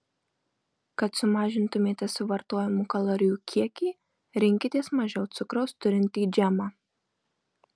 kad sumažintumėte suvartojamų kalorijų kiekį rinkitės mažiau cukraus turintį džemą